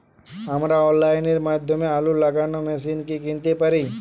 আমরা অনলাইনের মাধ্যমে আলু লাগানো মেশিন কি কিনতে পারি?